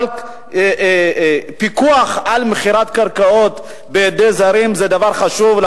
אבל פיקוח על מכירת קרקעות לזרים זה דבר חשוב.